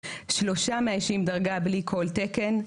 3 מאיישים דרגה בלי כל תקן.